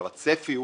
עכשיו, הצפי הוא